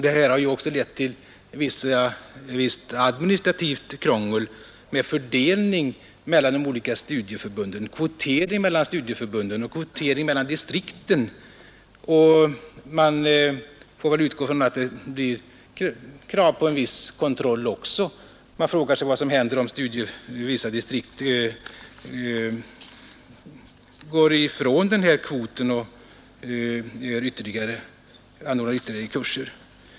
Detta har även lett till visst administrativt krångel med fördelningen mellan de olika studieförbunden och kvoteringen mellan studieförbund och mellan distrikt, och man får utgå ifrån att det blir krav på en viss kontroll också. Man frågar sig vad som händer om vissa distrikt går ifrån denna kvot och anordnar ytterligare kurser.